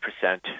percent